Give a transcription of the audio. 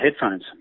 headphones